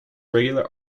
regular